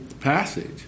passage